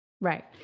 Right